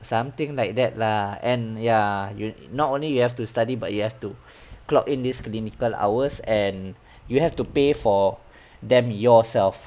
something like that lah and ya you're not only you have to study but you have to clock in this clinical hours and you have to pay for them yourself